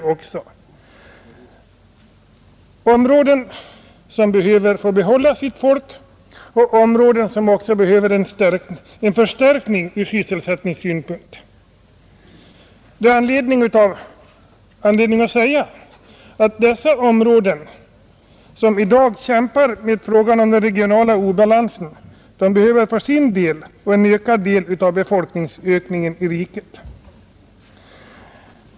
Det finns många områden som behöver få behålla sitt folk och som behöver förstärkning ur sysselsättningssynpunkt. Det finns anledning att framhålla att dessa områden, som i dag kämpar med den regionala obalansen, behöver få en ökad andel av befolkningsökningen i riket.